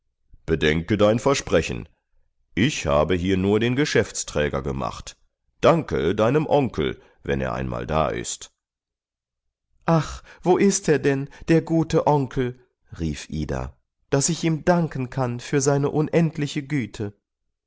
bedenke dein versprechen ich habe hier nur den geschäftsträger gemacht danke deinem onkel wenn er einmal da ist ach wo ist er denn der gute onkel rief ida daß ich ihm danken kann für seine unendliche güte